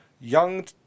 young